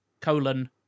colon